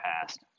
past